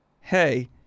hey